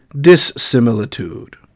dissimilitude